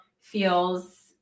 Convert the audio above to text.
feels